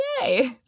yay